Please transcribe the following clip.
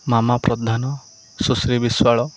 ମାମା ପ୍ରଧାନ ଶୁଶ୍ରୀ ବିଶ୍ୱାଳ